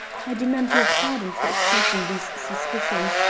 i demand your pardon for expressing these suspicions,